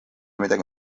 midagi